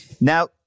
Now